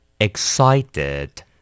excited